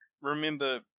remember